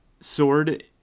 sword